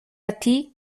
ati